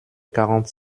quarante